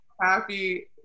happy